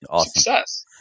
success